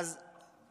מישהו מאמין לך?